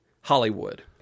Hollywood